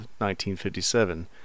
1957